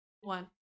one